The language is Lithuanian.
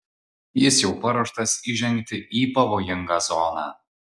jis jau paruoštas įžengti į pavojingą zoną